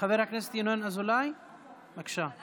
חבר הכנסת ינון אזולאי, בבקשה.